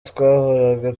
twahoraga